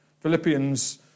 Philippians